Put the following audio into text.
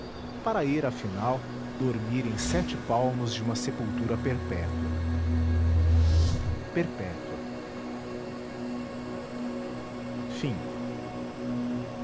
para ir afinal dormir em sete palmos de uma sepultura perpétua perpétua